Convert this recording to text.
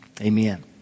Amen